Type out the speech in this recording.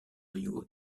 río